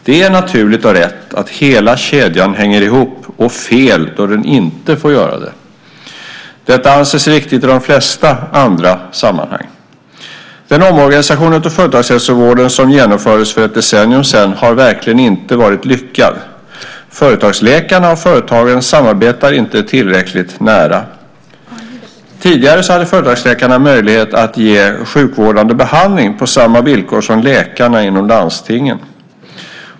Det är naturligt och rätt att hela kedjan hänger ihop och fel då den inte får göra det. Detta anses riktigt i de flesta andra sammanhang. Den omorganisation av företagshälsovården som genomfördes för ett decennium sedan har verkligen inte varit lyckad. Företagsläkarna och företagen samarbetar inte tillräckligt nära. Tidigare hade företagsläkarna möjlighet att ge sjukvårdande behandling på samma villkor som läkarna inom landstingen.